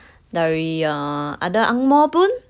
dari err ada ang moh pun